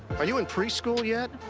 are you in preschool yet?